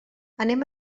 anem